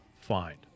find